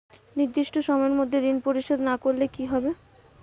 নির্দিষ্ট সময়ে মধ্যে ঋণ পরিশোধ না করলে কি হবে?